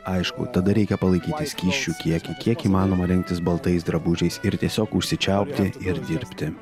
aišku tada reikia palaikyti skysčių kiekį kiek įmanoma rengtis baltais drabužiais ir tiesiog užsičiaupti ir dirbti